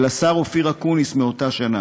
של השר אופיר אקוניס מאותה שנה,